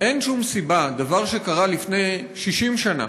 אין שום סיבה, דבר שקרה לפני 60 שנה,